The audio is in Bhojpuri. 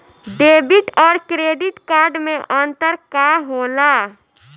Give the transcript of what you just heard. डेबिट और क्रेडिट कार्ड मे अंतर का होला?